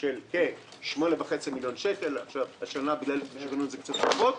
של כ-8.5 מיליון שקל השנה זה קצת פחות,